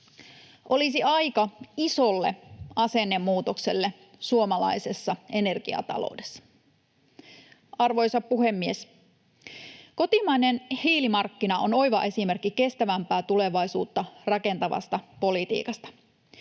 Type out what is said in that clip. Olisi aika isolle asennemuutokselle suomalaisessa energiataloudessa. Arvoisa puhemies! Kotimainen hiilimarkkina on oiva esimerkki kestävämpää tulevaisuutta rakentavasta politiikasta.